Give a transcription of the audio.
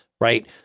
right